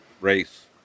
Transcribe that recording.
race